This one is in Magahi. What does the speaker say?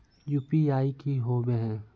यु.पी.आई की होबे है?